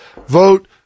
Vote